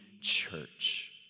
church